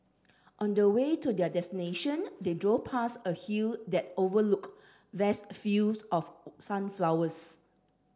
on the way to their destination they drove past a hill that overlooked vast fields of sunflowers